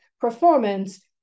performance